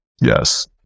Yes